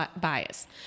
bias